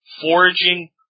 foraging